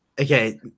Okay